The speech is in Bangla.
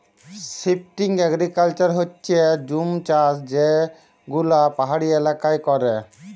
শিফটিং এগ্রিকালচার হচ্যে জুম চাষ যে গুলা পাহাড়ি এলাকায় ক্যরে